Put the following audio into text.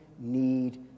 need